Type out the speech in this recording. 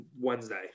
Wednesday